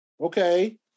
Okay